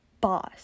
boss